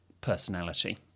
personality